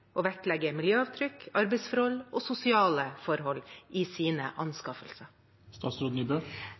å vektlegge miljøavtrykk, arbeidsforhold og sosiale forhold i sine anskaffelser?